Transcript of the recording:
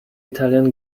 italian